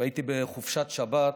והייתי בחופשת שבת בחיפה.